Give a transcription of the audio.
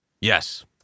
Yes